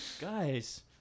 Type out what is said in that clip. Guys